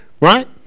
right